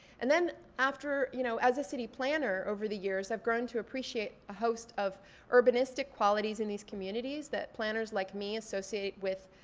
and then after, you know as a city planner over the years, i've grown to appreciate a host of urbanistic qualities in these communities that planners like me associate with